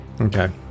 Okay